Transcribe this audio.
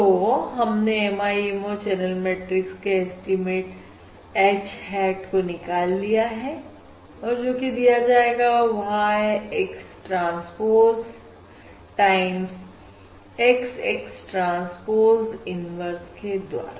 तो हमने MIMO channel matrix के एस्टीमेट H hat को निकाल लिया है और जो कि दिया जाएगा Y X transpose time X X transpose inverse के द्वारा